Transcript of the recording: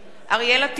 אריאל אטיאס,